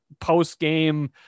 post-game